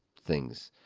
things.